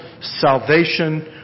salvation